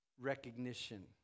recognition